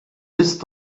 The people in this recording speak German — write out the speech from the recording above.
ist